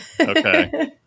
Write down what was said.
Okay